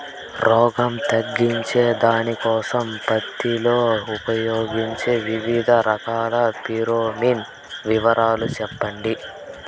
రోగం తగ్గించేకి దానికోసం పత్తి లో ఉపయోగించే వివిధ రకాల ఫిరోమిన్ వివరాలు సెప్పండి